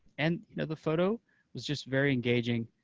and you know the photo was just very engaging,